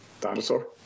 Dinosaur